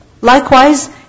Likewise